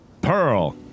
Pearl